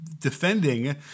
Defending